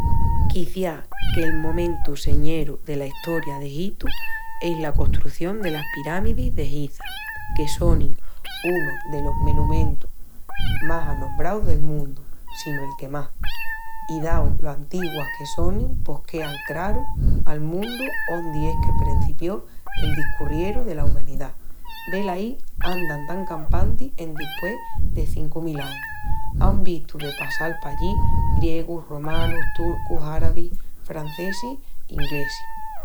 Quiciás que'l momentu señeru dela Estoria d'Egitu es la costrución delas piramidis de Giza, que sonin unu delos menumentus más anombraus del mundu si no el que más. I dau lo antiguas que sonin pos quean craru al mundu ondi es que prencipió el discurrieru dela umanidá. Velaí andan tan campantis endispués de cincu mil añus. Án vistu de passal pallí griegus, romanus, turcus, arabis, francesis i inglesis.